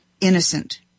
innocent